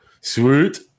Sweet